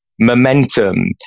Momentum